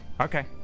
Okay